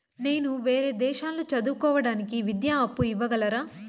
నేను వేరే దేశాల్లో చదువు కోవడానికి విద్యా అప్పు ఇవ్వగలరా?